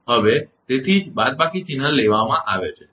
હવે તેથી જ આ બાદબાકી ચિહ્ન માનવામાં આવે છે